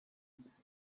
gukorera